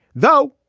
though.